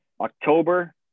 October –